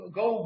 go